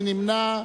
מי נמנע?